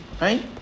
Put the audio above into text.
Right